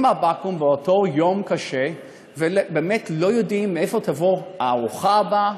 מהבקו"ם באותו יום קשה ובאמת לא יודעים מאיפה תבוא הארוחה הבאה,